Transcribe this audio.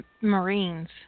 Marines